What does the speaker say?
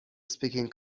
speaking